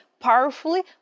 powerfully